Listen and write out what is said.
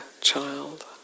child